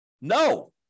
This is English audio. No